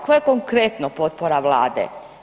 Koja je konkretno potpora Vlade?